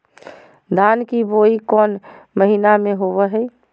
धान की बोई कौन महीना में होबो हाय?